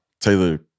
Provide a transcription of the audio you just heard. Taylor